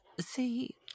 see